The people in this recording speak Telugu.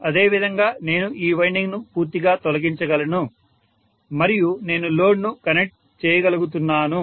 అదేవిధంగా నేను ఈ వైండింగ్ను పూర్తిగా తొలగించగలను మరియు నేను లోడ్ను కనెక్ట్ చేయగలుగుతున్నాను